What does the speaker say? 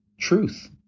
truth